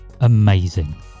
amazing